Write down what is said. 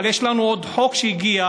אבל יש לנו עוד חוק שהגיע,